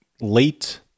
late